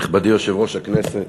נכבדי יושב-ראש הכנסת,